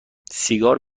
سیگار